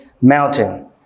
mountain